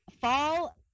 Fall